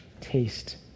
taste